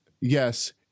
yes